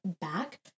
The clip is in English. back